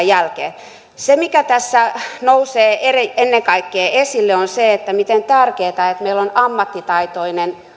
jälkeen mikä tässä nousee ennen kaikkea esille on se miten tärkeätä on että meillä on ammattitaitoinen